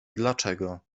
dlaczego